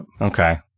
Okay